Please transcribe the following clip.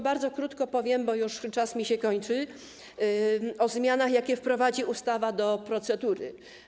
Bardzo krótko powiem, bo już czas mi się kończy, o zmianach, jakie wprowadzi ustawa do procedury.